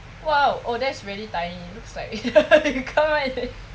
!wow! oh that's really tiny it looks like you can't